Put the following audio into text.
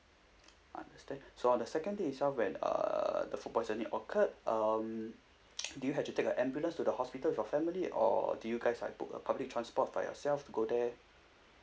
understand so on the second day itself when uh the food poisoning occurred um do you have to take a ambulance to the hospital with your family or do you guys like booked a public transport for yourself to go there